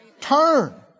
Turn